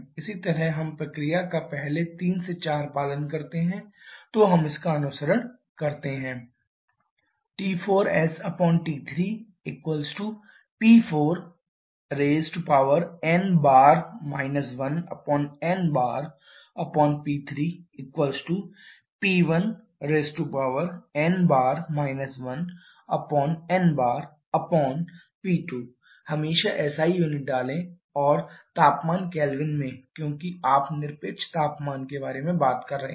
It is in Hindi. इसी तरह हम प्रक्रिया का पहले 3 से 4 पालन करते हैं तो हम इसका अनुसरण करते हैं T4sT3P4n 1nP3P1n 1nP2 हमेशा एसआई यूनिट डालें या तापमान केल्विन में क्योंकि आप निरपेक्ष तापमान के बारे में बात कर रहे हैं